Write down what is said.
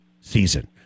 season